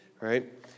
right